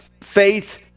faith